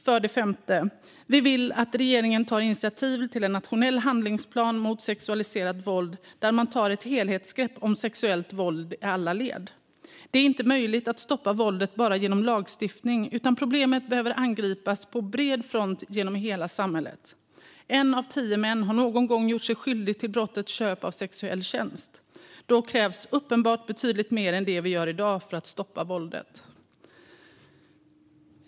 För det femte vill vi att regeringen tar initiativ till en nationell handlingsplan mot sexualiserat våld där man tar ett helhetsgrepp om sexuellt våld i alla led. Det är inte möjligt att stoppa våldet bara genom lagstiftning, utan problemet behöver angripas på bred front över hela samhället. En av tio män har någon gång gjort sig skyldig till brottet köp av sexuell tjänst. Då krävs uppenbarligen betydligt mer än det vi gör i dag för att stoppa våldet.